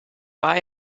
war